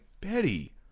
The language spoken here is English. Betty